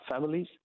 families